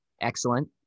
excellent